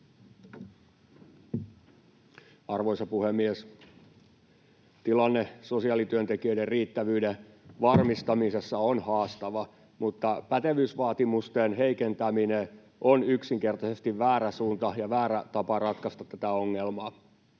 Arvoisa puhemies! Tilanne sosiaalityöntekijöiden riittävyyden varmistamisessa on haastava, mutta pätevyysvaatimusten heikentäminen on yksinkertaisesti väärä suunta ja väärä tapa ratkaista tätä ongelmaa.